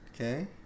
okay